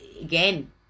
again